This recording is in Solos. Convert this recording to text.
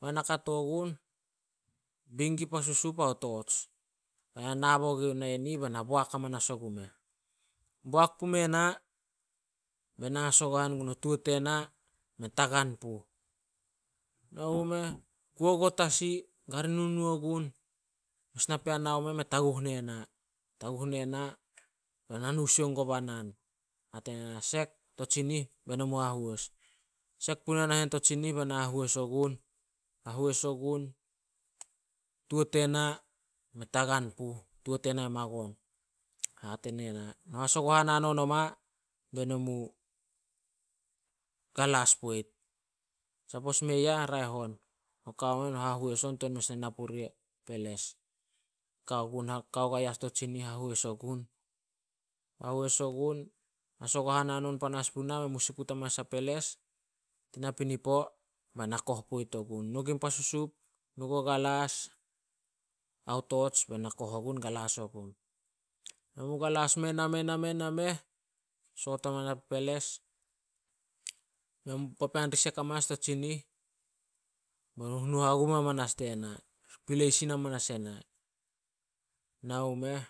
Bana kato gun bi gun pa susup ao torch, be na nabo gun na yen i ih be na boak amanas ogumeh. Boak pume na bai na hasagohan gun o tuo tena mei tagan puh. Nao gumeh, kuo go tasi, kari nunuo gun. Mes napean nao meh me taguh ne na, taguh ne na bai na nu sioung guo banan. Hate nena, "Sek to tsinih be no hahois on." Sek puna nahen to tsihih bena hahois ogun- hahois ogun. Tuo tena mei tagan puh, tuo tena magon. Hate nena, "No hasogohan hanon oma be no mu galas poit. Sapos mei ah, raeh on, no ka on, no hahois on tuan mes na puria peles." Kao goa yas to tsinih hahois o gun- hahois o gun, hasagohan hanon panas puna, men mu sikut amamas ai peles, tin napinipo bai na koh poit ogun. Nu gun pa susup, nu guo galas ao torch be na koh ogun, galas ogun. Na ku galas meh, nameh- nameh- nameh, soot peles. Papean ri sek amanas to tsinih. Be run hunuo hagum amanas die na, pilei sin amanas ena. Nao mumeh,